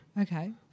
Okay